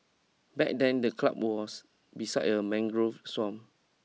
back then the club was beside a mangrove swamp